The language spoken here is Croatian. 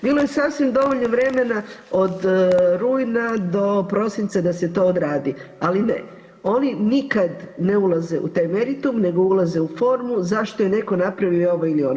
Bilo je sasvim dovoljno vremena od rujna do prosinca da se to odradi, ali ne oni nikad ne ulaze u taj meritum nego ulaze u formu zašto je netko napravio ovo ili ono.